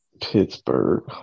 pittsburgh